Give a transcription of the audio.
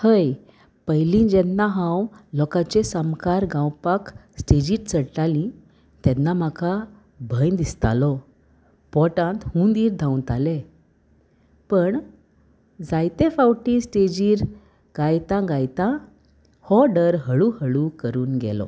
हय पयली जेन्ना हांव लोकांचे सामकार गावपाक स्टेजीर चडटाली तेन्ना म्हाका भंय दिसतालो पोटांत हूंदीर धांवताले पण जायते फावटी स्टेजीर गायतां गायतां हो डर हळू हळू करून गेलो